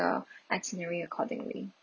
the itinerary accordingly